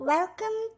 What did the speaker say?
Welcome